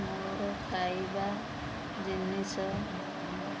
ମୋର ଖାଇବା ଜିନିଷ